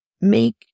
make